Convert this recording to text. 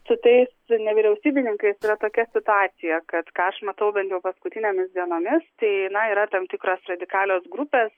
su tais nevyriausybininkais yra tokia situacija kad ką aš matau bent jau paskutinėmis dienomis tai na yra tam tikros radikalios grupės